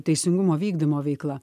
teisingumo vykdymo veikla